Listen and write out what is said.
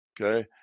okay